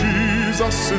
Jesus